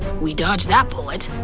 we dodged that bullet.